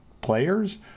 players